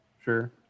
Sure